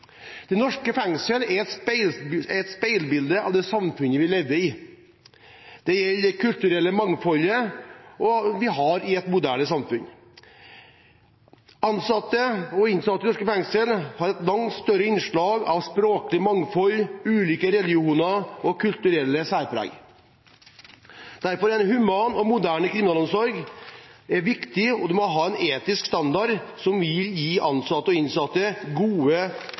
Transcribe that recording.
er et speilbilde av det samfunnet vi lever i. Det gjelder det kulturelle mangfoldet vi har i et moderne samfunn. Blant ansatte og innsatte i norske fengsler er det et langt større innslag av språklig mangfold, ulike religioner og kulturelle særpreg. Derfor er en human og moderne kriminalomsorg viktig, og man må ha en etisk standard som vil gi ansatte og innsatte gode